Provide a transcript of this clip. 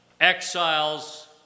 exiles